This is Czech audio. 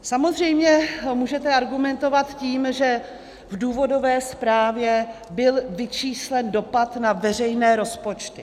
Samozřejmě můžete argumentovat tím, že v důvodové zprávě byl vyčíslen dopad na veřejné rozpočty.